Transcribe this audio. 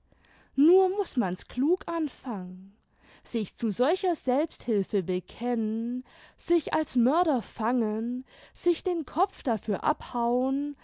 nur muß man's klug anfangen sich zu solcher selbsthilfe bekennen sich als mörder fangen sich den kopf dafür abhauen